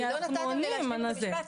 אנחנו עונים על הזה.